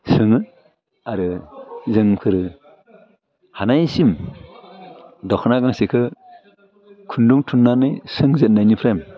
सोङो आरो जोंफोरो हानायसिम दख'ना गांसेखो खुन्दुं थुन्नानै सोंजेन्नायनिफ्राय